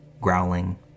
growling